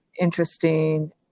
interesting